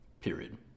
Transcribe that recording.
Period